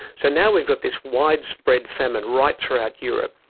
so now we've got this widespread famine right throughout europe.